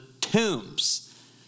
tombs